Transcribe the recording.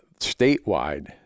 statewide